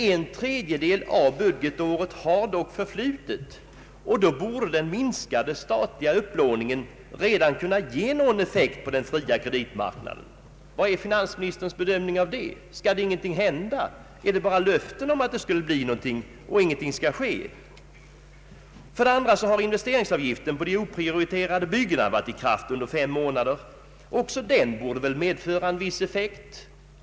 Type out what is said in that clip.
En tredjedel av budgetåret har dock förflutit, och då borde den minskade statliga upplåningen redan kunna ge någon effekt på den fria kreditmarknaden. Hur bedömer finansministern det? Skall ingenting hända? Är det bara löften att det skall bli någonting? För det andra har investeringsavgiften på de oprioriterade byggena varit i kraft under fem månader; också den borde medföra en viss effekt.